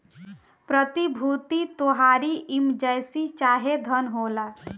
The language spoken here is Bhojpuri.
प्रतिभूति तोहारी इमर्जेंसी चाहे धन होला